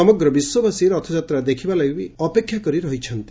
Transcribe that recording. ସମଗ୍ର ବିଶ୍ୱବାସୀ ରଥଯାତ୍ରା ଦେଖିବା ଲାଗି ଅପେକ୍ଷା କରି ରହିଛନ୍ତି